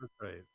right